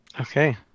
Okay